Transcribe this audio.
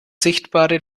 sichtbare